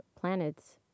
planets